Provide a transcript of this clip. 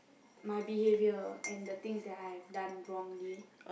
my behavior and the things that I have done wrongly